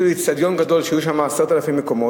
אותי לאיצטדיון גדול שהיו שם 10,000 מקומות,